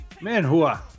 Manhua